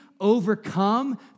overcome